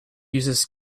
uses